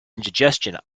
indigestion